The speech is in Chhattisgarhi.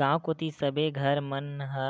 गाँव कोती सबे घर मन ह